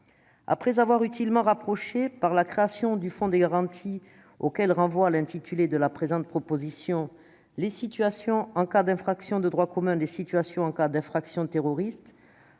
Après avoir utilement rapproché, par la création du Fonds de garantie auquel renvoie l'intitulé de la présente proposition de loi, les situations en cas d'infractions de droit commun et en cas d'infractions terroristes,